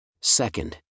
Second